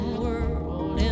world